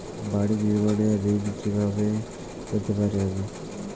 বাড়ি নির্মাণের ঋণ আমি কিভাবে পেতে পারি?